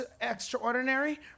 extraordinary